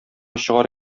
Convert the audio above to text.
чыгар